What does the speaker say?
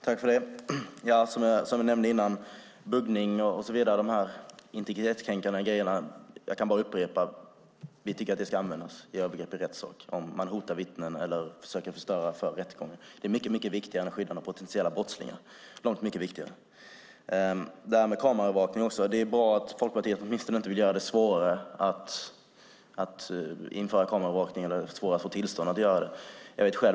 Fru talman! Jag vill bara upprepa vad jag sade tidigare om buggning och andra integritetskränkande saker. Vi tycker att de ska användas när det gäller övergrepp i rättssak, om man hotar vittnen eller försöker störa rättegången. Det är långt viktigare än att skydda mot potentiella brottslingar. När det gäller detta med kameraövervakning är det bra att Folkpartiet åtminstone inte vill göra det svårare att få tillstånd för det.